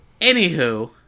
Anywho